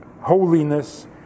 holiness